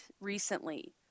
recently